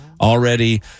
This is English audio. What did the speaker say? Already